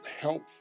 help